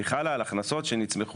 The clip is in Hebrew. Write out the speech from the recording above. היא חלה על הכנסות שנצמחו,